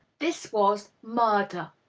this was murder.